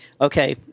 okay